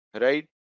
right